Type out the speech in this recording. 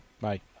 bye